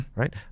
right